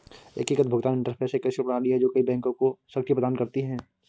एकीकृत भुगतान इंटरफ़ेस एक ऐसी प्रणाली है जो कई बैंकों को शक्ति प्रदान करती है